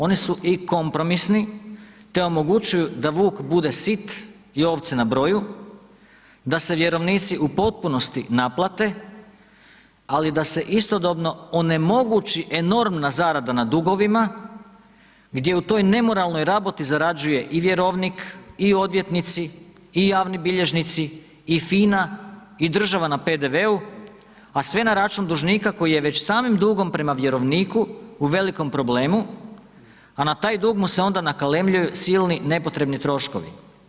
Oni su i kompromisni, te omogućuju da vuk bude sit i ovce na broju, da se vjerovnici u potpunosti naplate, ali da se istodobno onemogući enormna zarada na dugovima, gdje u toj nemoralnoj raboti zarađuje i vjerovnik i odvjetnici i javni bilježnici i FINA i država na PDV-u, a sve na račun dužnika koji je već samim dugom prema vjerovniku u velikom problemu, a na taj dug mu se onda nakalemljuju silni nepotrebni troškovi.